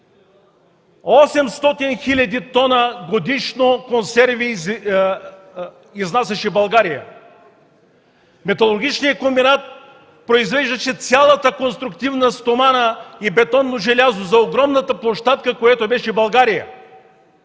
800 хил. тона консерви. Металургичният комбинат произвеждаше цялата конструктивна стомана и бетонно желязо за огромната площадка, която беше България.